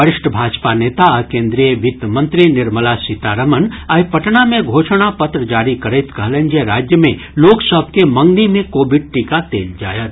वरिष्ठ भाजपा नेता आ केन्द्रीय वित्त मंत्री निर्मला सीतारमण आइ पटना मे घोषणा पत्र जारी करैत कहलनि जे राज्य मे लोक सभ के मंगनी मे कोविड टीका देल जायत